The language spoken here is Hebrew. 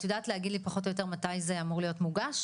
את יודעת להגיד לי פחות או יותר מתי זה אמור להיות מוגש?